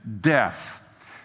death